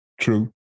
True